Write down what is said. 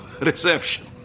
Reception